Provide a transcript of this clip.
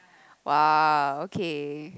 !wow! okay